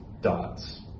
Dots